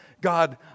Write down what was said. God